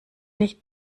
nicht